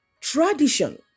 tradition